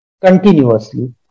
continuously